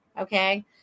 okay